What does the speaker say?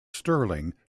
stirling